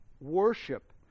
worship